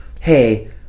hey